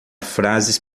frases